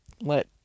let